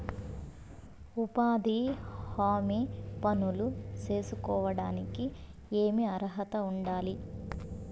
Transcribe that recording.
ఉపాధి హామీ పనులు సేసుకోవడానికి ఏమి అర్హత ఉండాలి?